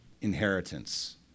inheritance